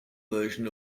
version